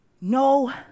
No